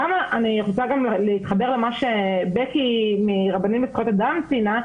אני רוצה גם להתחבר למה שבקי מרבנים לזכויות אדם ציינה,